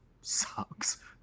sucks